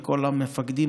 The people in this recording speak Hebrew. וכל המפקדים,